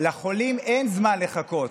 לחולים אין זמן לחכות.